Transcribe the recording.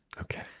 Okay